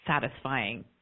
satisfying